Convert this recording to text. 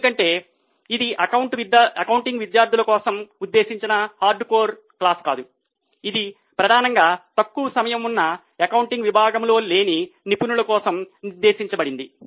ఎందుకంటే ఇది అకౌంటింగ్ విద్యార్థుల కోసం ఉద్దేశించిన హార్డ్ కోర్ క్లాస్ కాదు ఇది ప్రధానంగా తక్కువ సమయం ఉన్న అకౌంటింగ్ విభాగంలో లేని నిపుణుల కోసం ఉద్దేశించబడింది